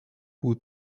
would